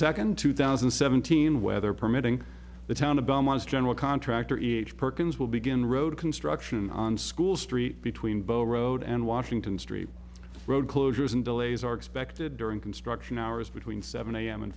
second two thousand and seventeen weather permitting the town of belmont's general contractor age perkins will begin road construction on school street between bow road and washington street road closures and delays are expected during construction hours between seven am